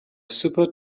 super